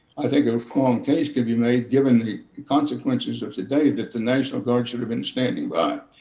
i think a strong case could be made given the consequences of today that the national guard should have been standing by